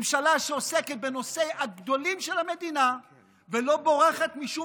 ממשלה שעוסקת בנושאיה גדולים של המדינה ולא בורחת משום